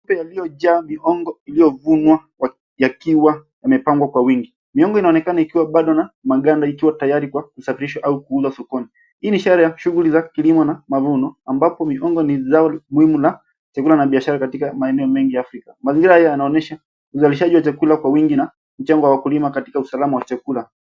Gunia yalio jaa mihogo yalio vunwa yakiwa yame pangwa kwa wingi, mihogo yana onekana yakiwa bado na magada yakiwa tayari kwa kusafirishwa au kuuzwa sokoni, hii ni ishara ya biashara na mavuno, ambapo mihogo ni chakula katika maeneo mengi Afrika. Mazingira haya yana onyesha uzalishaji wa chakula kwa wingi na mchango wa kulima wakati wa chakula.